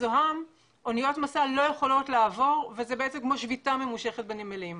אניות משא לא יכולות לעבור בים מזוהם וזה בעצם כמו שביתה ממושכת בנמלים.